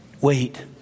Wait